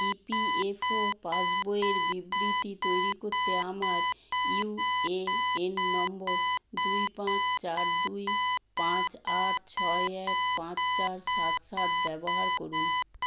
EPFO পাসবইয়ের বিবৃতি তৈরি করতে আমার ইউএএন নম্বর দুই পাঁচ চার দুই পাঁচ আট ছয় এক পাঁচ চার সাত সাত ব্যবহার করুন